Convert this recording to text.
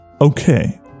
Okay